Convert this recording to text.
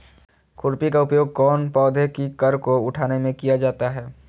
खुरपी का उपयोग कौन पौधे की कर को उठाने में किया जाता है?